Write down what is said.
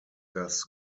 das